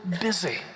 busy